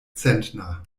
zentner